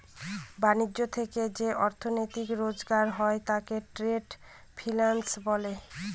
ব্যাণিজ্য থেকে যে অর্থনীতি রোজগার হয় তাকে ট্রেড ফিন্যান্স বলে